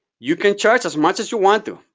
you can charge as much as you want to.